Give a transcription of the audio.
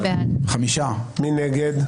מי נגד?